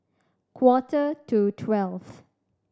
quarter to twelve